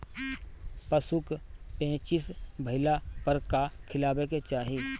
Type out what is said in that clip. पशु क पेचिश भईला पर का खियावे के चाहीं?